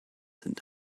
sind